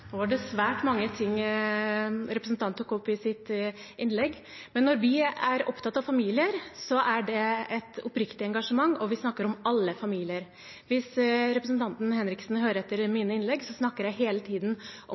Nå var det svært mange ting representanten tok opp i sitt innlegg. Når vi er opptatt av familier, er det et oppriktig engasjement, og vi snakker om alle familier. Hvis representanten Henriksen hører etter i mine innlegg, snakker jeg hele tiden om